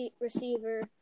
receiver